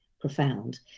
profound